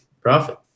profit